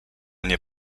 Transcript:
mnie